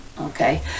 okay